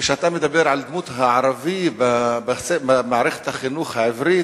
כשאתה מדבר על דמות הערבי במערכת החינוך העברית,